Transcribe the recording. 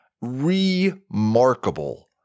remarkable